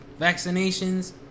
vaccinations